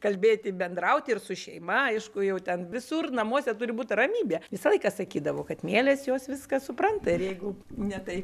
kalbėti bendrauti ir su šeima aišku jau ten visur namuose turi būt ramybė visą laiką sakydavo kad mielės jos viską supranta ir jeigu ne tai